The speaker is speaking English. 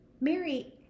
Mary